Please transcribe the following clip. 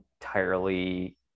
entirely